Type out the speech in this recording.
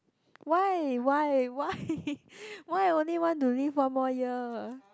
why why why why only want to live one more year